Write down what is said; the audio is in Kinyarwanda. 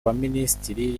baminisitiri